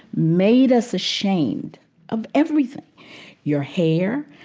made us ashamed of everything your hair,